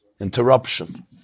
Interruption